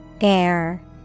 Air